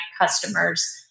customers